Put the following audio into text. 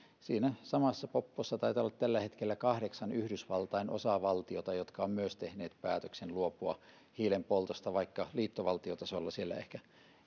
siinä samassa poppoossa taitaa olla tällä hetkellä kahdeksan yhdysvaltain osavaltiota jotka ovat myös tehneet päätöksen luopua hiilen poltosta vaikka liittovaltiotasolla siellä ehkä